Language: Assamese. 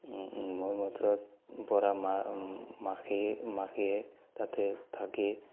মোৰ মতৰত পৰা মা মাখি মাখিয়ে তাতে থাকি